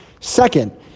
Second